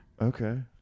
Okay